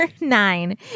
nine